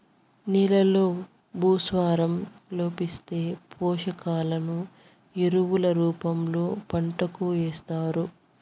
నేలల్లో భాస్వరం లోపిస్తే, పోషకాలను ఎరువుల రూపంలో పంటకు ఏస్తారు